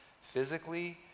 physically